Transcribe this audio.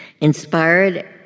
Inspired